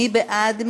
מי בעד?